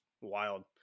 wild